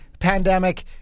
pandemic